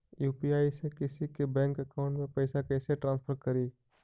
UPI से किसी के बैंक अकाउंट में पैसा कैसे ट्रांसफर करी?